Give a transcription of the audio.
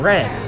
Red